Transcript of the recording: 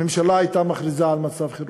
הממשלה הייתה מכריזה על מצב חירום,